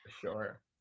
Sure